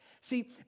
See